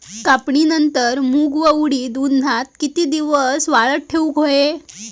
कापणीनंतर मूग व उडीद उन्हात कितके दिवस वाळवत ठेवूक व्हये?